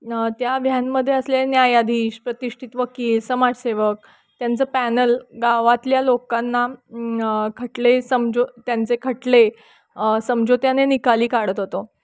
न त्या व्हॅनमध्ये असले न्यायाधीश प्रतिष्ठित वकील समाजसेवक त्यांचं पॅनल गावातल्या लोकांना खटले समजो त्यांचे खटले समझोत्याने निकाली काढत होतो